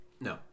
No